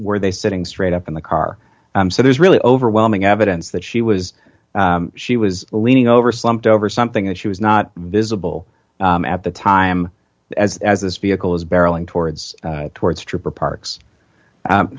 where they sitting straight up in the car so there's really overwhelming evidence that she was she was leaning over slumped over something that she was not visible at the time as as this vehicle is barreling towards towards trooper parks